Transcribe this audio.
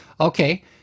Okay